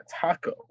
taco